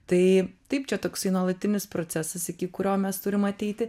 tai taip čia toksai nuolatinis procesas iki kurio mes turim ateiti